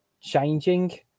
changing